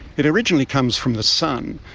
it originally comes from the sun.